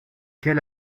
quel